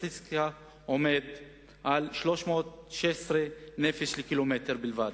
לסטטיסטיקה היא 316 נפש לקילומטר רבוע בלבד.